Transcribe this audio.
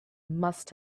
must